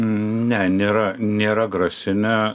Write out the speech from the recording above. ne nėra nėra grasinę